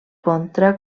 contra